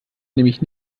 nämlich